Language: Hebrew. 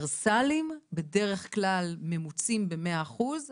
האוניברסליים בדרך כלל ממוצים במאה אחוז,